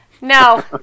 No